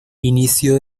inicio